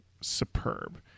superb